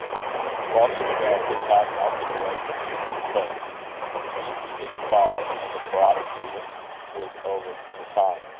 while she read, the cloud melted away from euphra's face a sweet sleep followed and the paroxysm was over for the time.